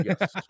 yes